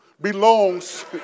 belongs